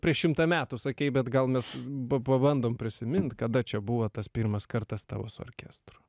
prieš šimtą metų sakei bet gal mes pabandom prisimint kada čia buvo tas pirmas kartas tavo su orkestru